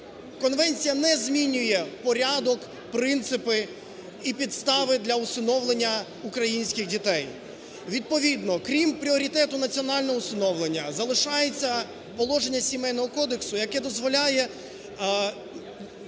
Конвенція не змінює порядок, принципи і підстави для усиновлення українських дітей. Відповідно, крім пріоритету національного усиновлення, залишається положення Сімейного кодексу, яке дозволяє